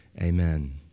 Amen